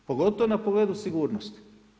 Pogotovo na pogledu sigurnosti.